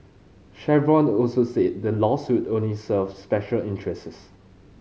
Chevron also said the lawsuits only serve special interests